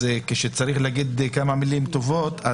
אז כשצריך להגיד כמה מילים טובות,